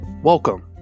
Welcome